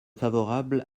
favorable